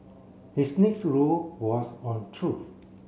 his next rule was on truth